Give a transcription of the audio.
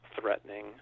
threatening